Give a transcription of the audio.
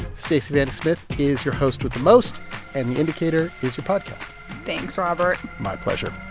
stacey vanek smith is your host with the most and the indicator is your podcast thanks, robert my pleasure